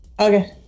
Okay